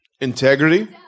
Integrity